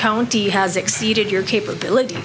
county has exceeded your capabilit